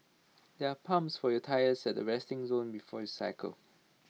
there are pumps for your tyres at the resting zone before you cycle